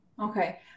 Okay